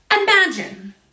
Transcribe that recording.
Imagine